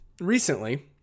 recently